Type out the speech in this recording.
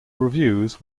reviews